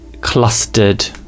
clustered